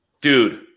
Dude